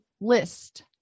list